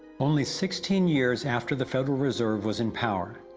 only sixteen years after the federal reserve was in power,